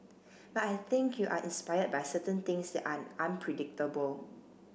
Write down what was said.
but I think you are inspired by certain things that are unpredictable